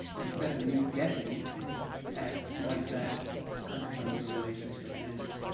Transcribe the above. instead of me guessing at what that contrapuntal relationship is,